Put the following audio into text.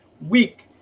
week